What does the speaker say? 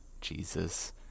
Jesus